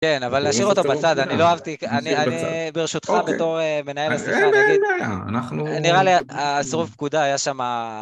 כן, אבל להשאיר אותו בצד, אני לא אהבתי, אני ברשותך בתור מנהל השיחה, אני אגיד. אנחנו... נראה לי הסרוב פקודה היה שמה...